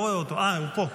אה, הוא פה.